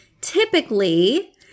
typically